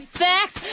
facts